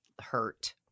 hurt